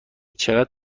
چقدر